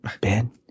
Ben